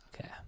Okay